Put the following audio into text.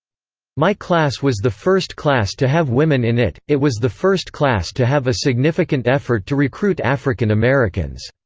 my class was the first class to have women in it it was the first class to have a significant effort to recruit african americans.